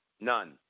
None